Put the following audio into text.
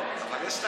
אבל יש לכם גם כבוד.